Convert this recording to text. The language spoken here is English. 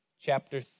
chapter